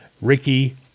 Ricky